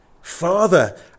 Father